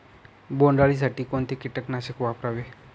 बोंडअळी साठी कोणते किटकनाशक वापरावे?